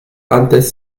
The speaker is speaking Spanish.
antes